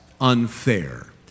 unfair